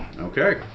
Okay